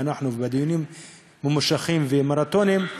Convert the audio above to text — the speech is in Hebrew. ובדיונים ממושכים ומרתוניים,